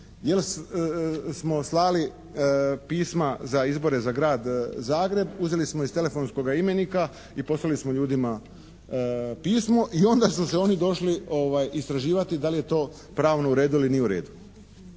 jer smo slali pisma za izbore za grad Zagreb, uzeli smo iz telefonskoga imenika i poslali smo ljudima pismo i onda su oni došli istraživati da li je to pravno u redu ili nije u redu.